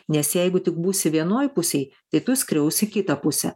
nes jeigu tik būsi vienoj pusėj tai tu skriausi kitą pusę